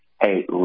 hey